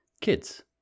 kids